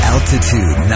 Altitude